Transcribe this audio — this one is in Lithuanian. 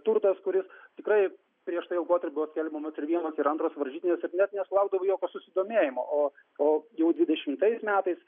turtas kuris tikrai prieš tai jau buvo skelbiamos ir vienos ir antros varžytinės ir net nesulaukdavo jokio susidomėjimo o o jau dvidešimtais metais